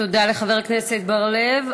תודה לחבר הכנסת בר-לב.